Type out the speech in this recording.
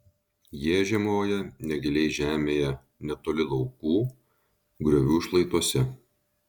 jie žiemoja negiliai žemėje netoli laukų griovių šlaituose